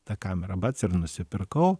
tą kamerą bac ir nusipirkau